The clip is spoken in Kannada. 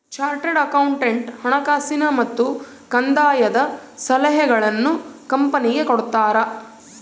ಚಾರ್ಟೆಡ್ ಅಕೌಂಟೆಂಟ್ ಹಣಕಾಸಿನ ಮತ್ತು ಕಂದಾಯದ ಸಲಹೆಗಳನ್ನು ಕಂಪನಿಗೆ ಕೊಡ್ತಾರ